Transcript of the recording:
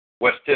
West